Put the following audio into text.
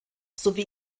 sowie